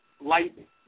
light